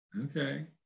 Okay